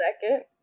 second